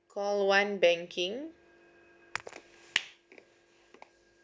call one banking